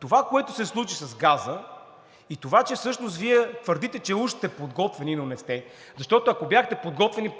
Това, което се случи с газа, и това, че всъщност Вие твърдите, че уж сте подготвени, но не сте. Ако бяхте подготвени,